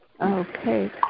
Okay